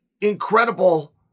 incredible